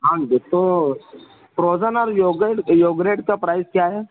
ہاں جی تو فروزن اور یوگرٹ یوگریٹ کا پرائز کیا ہے